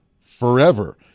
forever